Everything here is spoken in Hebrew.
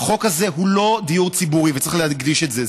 החוק הזה הוא לא דיור ציבורי, וצריך להדגיש את זה.